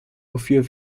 wofür